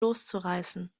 loszureißen